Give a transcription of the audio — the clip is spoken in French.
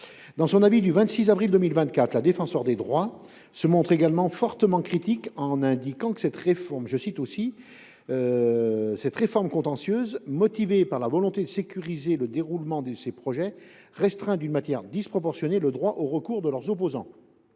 Dans son avis du 26 avril 2024, la Défenseure des droits se montre, elle aussi, très critique. Elle déclare en effet que « cette réforme contentieuse, motivée par la volonté de sécuriser le déroulement de ces projets, restreint d’une manière disproportionnée le droit au recours de leurs opposants.